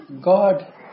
God